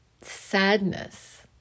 sadness